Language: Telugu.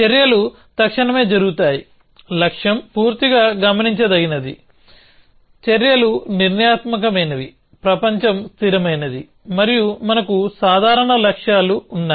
చర్యలు తక్షణమే జరుగుతాయి లక్ష్యం పూర్తిగా గమనించదగినది చర్యలు నిర్ణయాత్మకమైనవి ప్రపంచం స్థిరమైనది మరియు మనకు సాధారణ లక్ష్యాలు ఉన్నాయి